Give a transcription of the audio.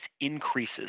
increases